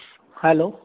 hello